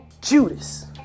judas